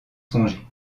songé